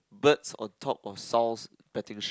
birds on top of Sow's betting shop